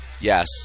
Yes